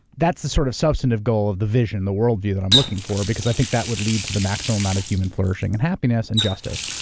that's the sort of substantive goal of the vision, the world view that i'm looking for, because i think that would lead to the maximum amount of human flourishing and happiness and justice.